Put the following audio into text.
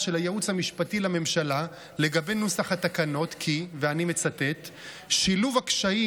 של הייעוץ המשפטי לממשלה לגבי נוסח התקנות: "שילוב הקשיים